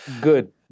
good